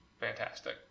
fantastic